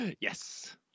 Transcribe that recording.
yes